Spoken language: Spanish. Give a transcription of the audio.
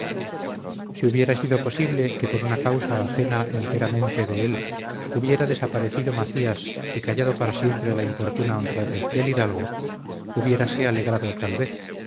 si hubiera sido posible que por una causa ajena enteramente de él hubiera desaparecido macías y callado para siempre la importuna honradez del hidalgo hubiérase alegrado tal vez